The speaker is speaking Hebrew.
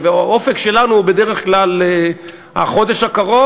והאופק שלנו הוא בדרך כלל החודש הקרוב.